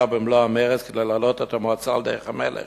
במלוא המרץ כדי להעלות את המועצה על דרך המלך.